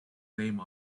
name